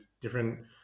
different